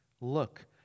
Look